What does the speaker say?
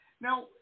Now